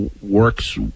works